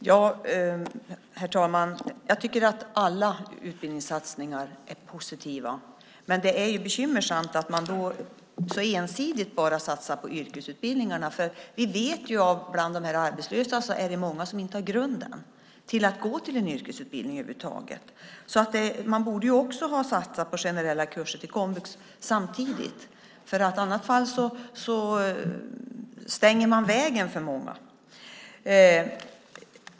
Herr talman! Jag tycker att alla utbildningssatsningar är positiva, men det är bekymmersamt att man så ensidigt satsar på yrkesutbildningarna. Vi vet ju att det finns många bland de arbetslösa som inte har grunderna för att gå till en yrkesutbildning över huvud taget. Man borde också ha satsat på generella kurser på komvux samtidigt. I annat fall stänger man vägen för många.